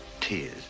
tears